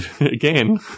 again